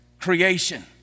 creation